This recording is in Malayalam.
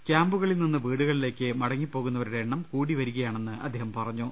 ക്യാമ്പുകളിൽ നിന്ന് വീടുകളിലേക്ക് മടങ്ങിപ്പോകുന്നവരുടെ എണ്ണം കൂടിവരികയാണെന്ന് അദ്ദേഹം അറിയിച്ചു